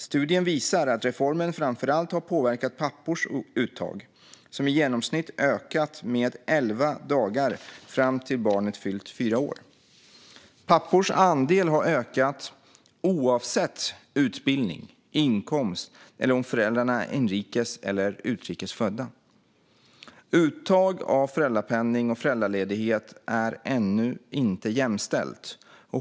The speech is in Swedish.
Studien visar att reformen framför allt har påverkat pappors uttag, som i genomsnitt ökat med elva dagar fram till att barnet fyllt fyra år. Pappors andel har ökat oavsett utbildning och inkomst och oavsett om föräldrarna är inrikes eller utrikes födda. Uttaget av föräldrapenning och föräldraledighet är ännu inte jämställt.